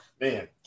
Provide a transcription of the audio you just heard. man